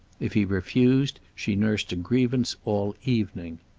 if he refused, she nursed a grievance all evening.